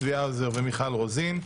צבי האוזר ומיכל רוזין.